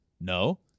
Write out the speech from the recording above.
No